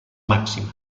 màxima